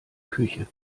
küche